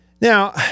Now